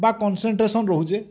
ବା କନସେନ୍ଟ୍ରେସନ୍ ରହୁଛେ